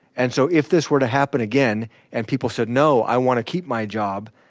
and so if this were to happen again and people said no i want to keep my job,